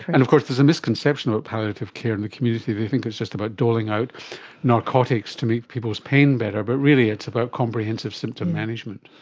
and of course there is a misconception about palliative care in the community, they think it's just about doling out narcotics to make people's pain better, but really it's about comprehensive symptom management.